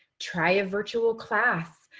try a virtual class,